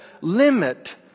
limit